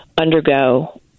undergo